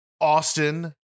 austin